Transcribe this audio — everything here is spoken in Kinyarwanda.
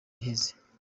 iheze